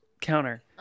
Counter